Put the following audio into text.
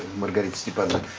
margarita stepanovna,